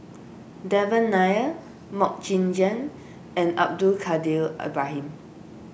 Devan Nair Mok Ying Jang and Abdul Kadir Ibrahim